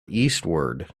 eastward